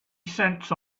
cents